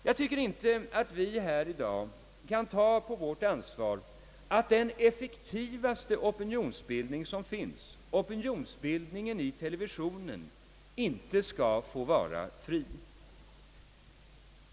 Jag tycker inte att vi här i dag kan ta på vårt ansvar att den effektivaste opinionsbildning som finns, opinionsbildningen i televisionen, inte skall få vara fri.